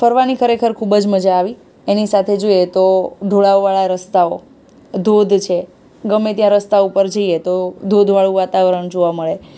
ફરવાની ખરેખર ખૂબ જ મજા આવી એની સાથે જોઈએ તો ઢોળાવવાળા રસ્તાઓ ધોધ છે ગમે ત્યાં રસ્તા ઉપર જઈએ તો ધોધવાળું વાતાવરણ જોવા મળે